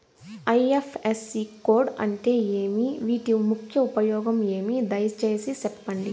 IFSC code అంటే ఏమి? వీటి ముఖ్య ఉపయోగం ఏమి? దయసేసి సెప్పండి?